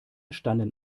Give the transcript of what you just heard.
standen